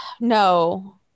no